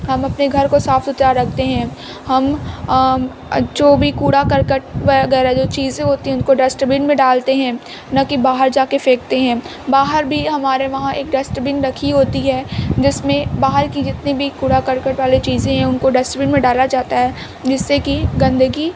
ہم اپنے گھر کو صاف ستھرا رکھتے ہیں ہم جو بھی کوڑا کرکٹ وغیرہ جو چیزیں ہوتی ہیں ان کو ڈسٹ بین میں ڈالتے ہیں نہ کہ باہر جا کے پھینکتے ہیں باہر بھی ہمارے وہاں ایک ڈسٹ بین رکھی ہوتی ہے جس میں باہر کی جتنی بھی کوڑا کرکٹ والی چیزیں ہیں ان کو ڈسٹ بین میں ڈالا جاتا ہے جس سے کہ گندگی